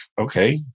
okay